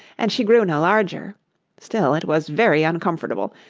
and she grew no larger still it was very uncomfortable,